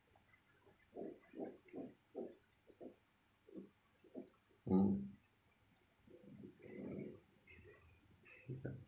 mm